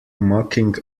mucking